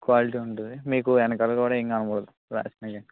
quality ఉంటుంది మీకు వెనకాల కూడా ఏమి కనపడదు రాసినా కానీ